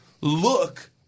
look